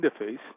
interface